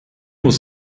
was